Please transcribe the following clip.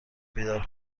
بیدار